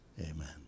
Amen